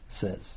says